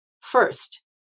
First